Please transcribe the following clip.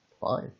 fine